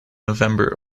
november